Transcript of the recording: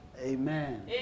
Amen